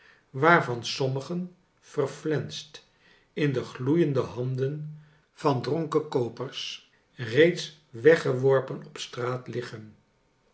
waarvan sommigen verflenst in de gloeiende handen van dronken koopers reeds weggeworpen op de straat liggen